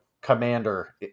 commander